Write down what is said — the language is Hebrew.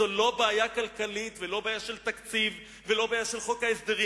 זה לא בעיה כלכלית ולא בעיה של תקציב ולא בעיה של חוק ההסדרים.